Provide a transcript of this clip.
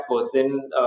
person